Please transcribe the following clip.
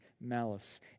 malice